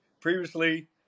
previously